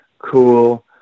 cool